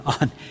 on